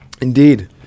Indeed